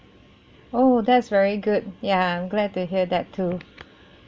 oh that's very good ya I'm glad to hear that too